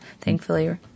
thankfully